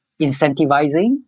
incentivizing